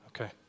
Okay